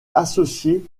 associé